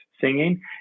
singing